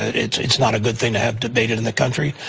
ah it's it's not a good thing to have debated in the country.